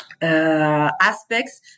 aspects